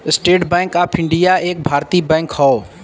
estate Bank of India एक भारतीय bank हौ